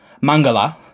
Mangala